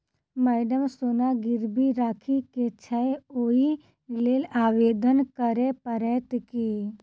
Madam सोना गिरबी राखि केँ छैय ओई लेल आवेदन करै परतै की?